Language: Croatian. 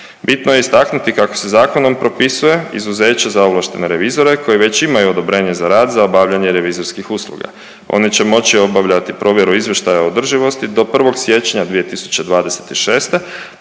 Bitno je istaknuti kako se zakonom propisuje izuzeće za ovlaštene revizore koji već imaju odobrenje za rad za obavljane revizorskih usluga. Oni će moći obavljati provjeru izvještaja o održivosti do 1. siječnja 2026.,